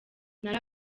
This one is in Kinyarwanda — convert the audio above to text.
nari